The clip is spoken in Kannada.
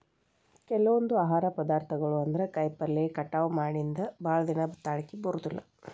ಕೆಲವೊಂದ ಆಹಾರ ಪದಾರ್ಥಗಳು ಅಂದ್ರ ಕಾಯಿಪಲ್ಲೆ ಕಟಾವ ಮಾಡಿಂದ ಭಾಳದಿನಾ ತಾಳಕಿ ಬರುದಿಲ್ಲಾ